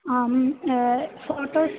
आं फ़ोटोस्